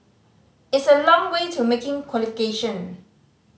it's a long way to making qualification